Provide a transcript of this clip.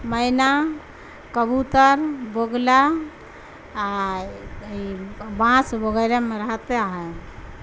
مینا کبوتر بگلا بانس وغیرہ میں رہتے ہیں